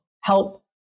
help